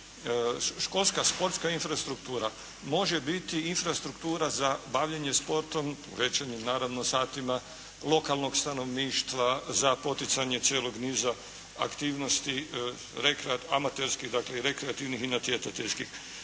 školska sportska infrastruktura može biti infrastruktura za bavljenje sportom u večernjim naravno satima lokalnog stanovništva za poticanje cijelog niza aktivnosti, amaterskih, rekreativnih i natjecateljskih.